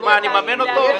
אז מה, אני אממן אותו?